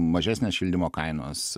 mažesnės šildymo kainos